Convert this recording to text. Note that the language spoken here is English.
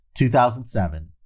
2007